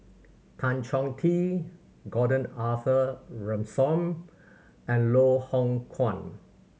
Tan Chong Tee Gordon Arthur Ransome and Loh Hoong Kwan